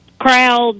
crowd